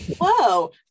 Whoa